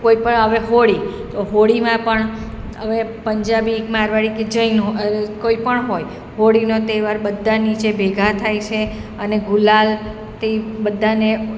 કોઈ પણ આવે હોળી તો હોળીમાં પણ પંજાબી મારવાડી કે જૈનો કોઈ પણ હોય હોળીનો તહેવાર બધા નીચે ભેગા થાય છે અને ગુલાલથી બધાને